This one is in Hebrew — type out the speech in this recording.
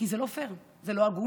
כי זה לא פייר, זה לא הגון.